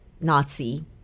Nazi